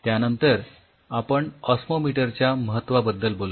त्यानंतर आपण ओस्मोमीटर च्या महत्वाबद्दल बोललो